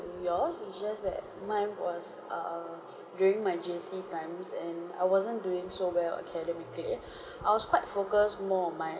yours it's just that mine was err during my J_C times and I wasn't doing so well academically I was quite focused more on mine